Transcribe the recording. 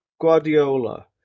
Guardiola